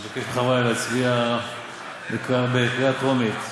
אני מבקש מחברי להצביע בקריאה טרומית,